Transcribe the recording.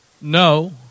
no